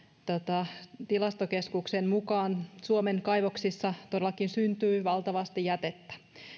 tilastokeskuksen mukaan suomen kaivoksissa todellakin syntyy valtavasti jätettä